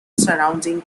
surrounding